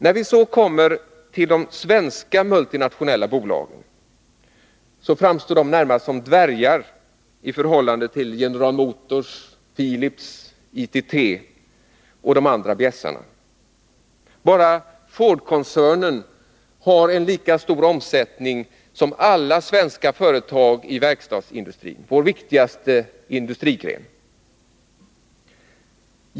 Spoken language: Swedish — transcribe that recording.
När vi så kommer till de svenska multinationella bolagen vill jag påstå att de framstår närmast som dvärgar i förhållande till General Motors, Philips, ITT och de andra bjässarna. Bara Fordkoncernen har en lika stor omsättning som alla svenska företag i verkstadsindustrin, vår viktigaste industrigren.